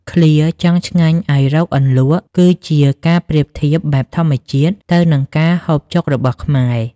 ឃ្លា «ចង់ឆ្ងាញ់ឱ្យរកអន្លក់» គឺជាការប្រៀបធៀបបែបធម្មជាតិទៅនឹងការហូបចុករបស់ខ្មែរ។